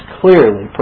clearly